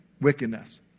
wickedness